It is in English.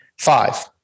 Five